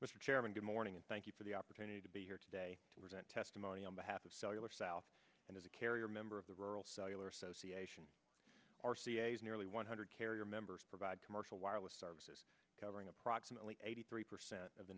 mr chairman good morning and thank you for the opportunity to be here today to present testimony on behalf of cellular south and as a carrier member of the rural cellular association nearly one hundred carrier members provide commercial wireless services covering approximately eighty three percent of the